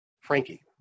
Frankie